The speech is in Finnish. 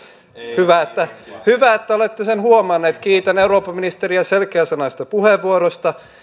hyvä että hyvä että olette sen huomanneet kiitän eurooppaministeriä selkeäsanaisesta puheenvuorosta